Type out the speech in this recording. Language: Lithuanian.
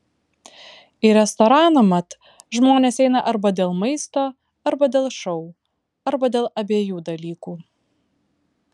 į restoraną mat žmonės eina arba dėl maisto arba dėl šou arba dėl abiejų dalykų